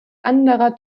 anderer